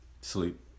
sleep